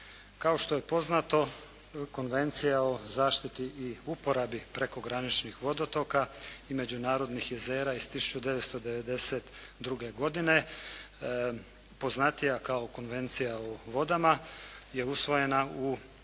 Kao što je poznato, Konvencija o zaštiti i uporabi prekograničnih vodotoka i međunarodnih jezera iz 1992. godine poznatija kao Konvencija o vodama je usvojena u